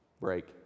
break